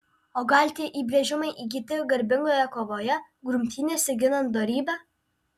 o gal tie įbrėžimai įgyti garbingoje kovoje grumtynėse ginant dorybę